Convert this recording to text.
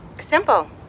simple